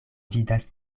vidas